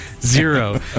zero